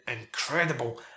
incredible